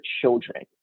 children